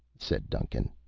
said duncan.